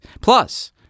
Plus